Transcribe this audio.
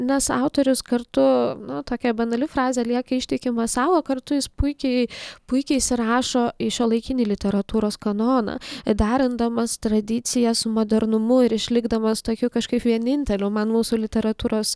nes autorius kartu nu tokia banali frazė lieka ištikimas sau o kartu jis puikiai puikiai įsirašo į šiuolaikinį literatūros kanoną derindamas tradiciją su modernumu ir išlikdamas tokiu kažkaip vieninteliu man mūsų literatūros